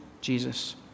Jesus